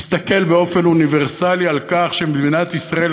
להסתכל באופן אוניברסלי על כך שבמדינת ישראל